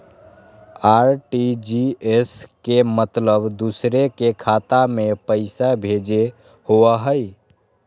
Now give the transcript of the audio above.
RTGS के मतलब दूसरे के खाता में पईसा भेजे होअ हई?